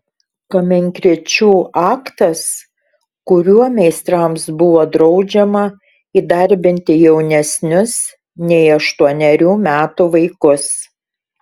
kaminkrėčių aktas kuriuo meistrams buvo draudžiama įdarbinti jaunesnius nei aštuonerių metų vaikus